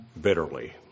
bitterly